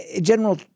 General